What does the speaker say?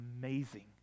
amazing